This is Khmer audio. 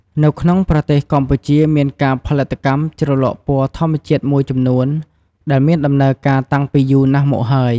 នៅក្នុងប្រទេសកម្ពុជា មានការផលិតកម្មជ្រលក់ពណ៌ធម្មជាតិមួយចំនួន ដែលមានដំណើរការតាំងពីយូរណាស់មកហើយ។